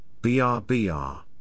BRBR